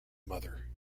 mother